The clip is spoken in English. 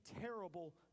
terrible